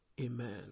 Amen